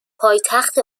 پایتخت